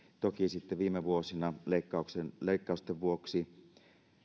toki sitten viime vuosina leikkausten vuoksi